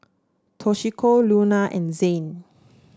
Toshiko Luna and Zane